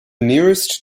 nearest